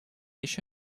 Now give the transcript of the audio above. еще